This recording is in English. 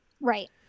right